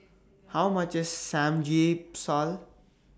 How much IS Samgyeopsal